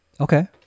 Okay